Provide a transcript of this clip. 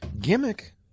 Gimmick